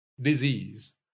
disease